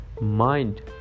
mind